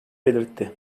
belirtti